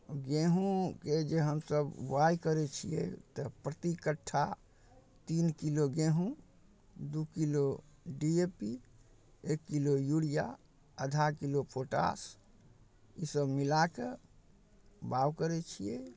गेहूँके जे हमसभ बोआइ करै छियै तऽ प्रति कट्ठा तीन किलो गेहूँ दू किलो डी ए पी एक किलो यूरिया आधा किलो पोटाश ईसभ मिला कऽ बाउ करै छियै